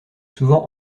souvent